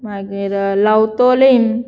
मागीर लोटली